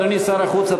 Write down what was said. אדוני שר החוץ,